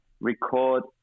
record